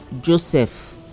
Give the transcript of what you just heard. joseph